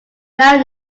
down